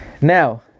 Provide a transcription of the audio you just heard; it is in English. Now